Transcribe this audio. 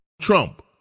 Trump